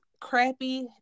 crappy